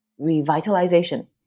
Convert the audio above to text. revitalization